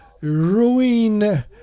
ruin